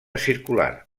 circular